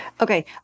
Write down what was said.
Okay